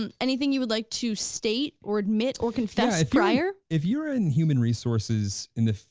um anything you would like to state, or admit, or confess prior? if you're in human resources in the